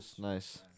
Nice